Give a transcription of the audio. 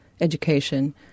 education